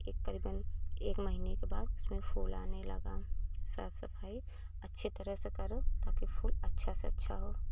ठीक करीबन एक महीने के बाद उसमें फूल आने लगा साफ सफाई अच्छे तरह से करो ताकि फूल अच्छा से अच्छा हो